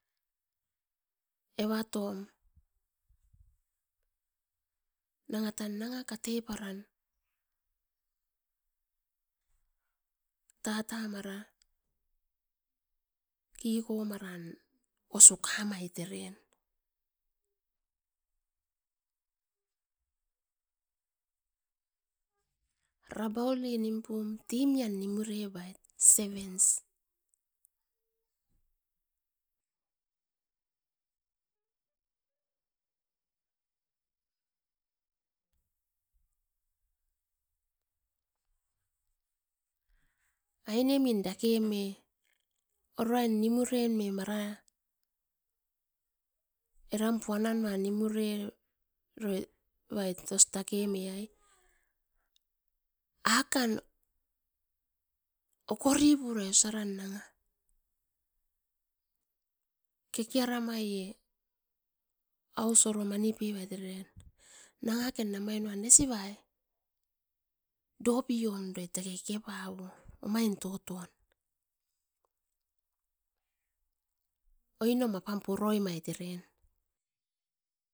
Evatom, nanga tan nanga kateparan tatamara, kikomaran os ukamait eren, Rabauli nimpum timian nimurevait sevens, ainemi dake me uruain nimurenmen mara eram ponamuan nimureroroit os tan takeme ai, akan okoripurai osaran nanga kekearamaie aus oro manipipait era eren nangaken namai no nesivai dopiom doit era kekapaoi oamin toton oinom apan puromait eren.